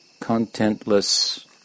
Contentless